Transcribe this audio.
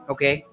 Okay